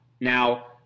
Now